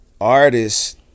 artists